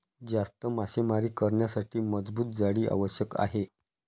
जास्त मासेमारी करण्यासाठी मजबूत जाळी आवश्यक आहे